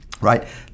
right